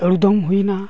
ᱟᱞᱩᱫᱚᱢ ᱦᱩᱭᱮᱱᱟ